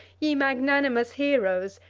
ye magnanimous heroes,